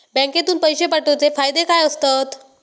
बँकेतून पैशे पाठवूचे फायदे काय असतत?